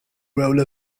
role